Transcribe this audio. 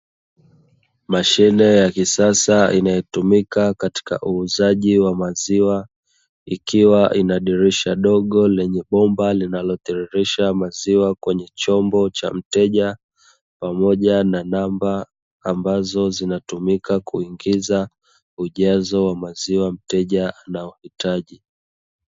Mashine ya kisasa inayotumika katika uuzaji wa maziwa, ikiwa ina dirisha dogo lenye bomba linalotiririsha maziwa kwenye chombo cha mteja, pamoja na namba ambazo zinatumika kuingiza ujazo wa maziwa mteja anaohitaji.